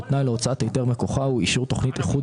שתנאי להוצאת היתר מכוחה הוא אישור תוכנית איחוד